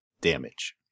damage